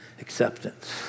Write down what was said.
acceptance